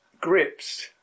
grips